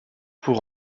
pour